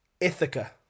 Ithaca